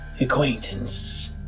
acquaintance